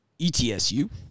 ETSU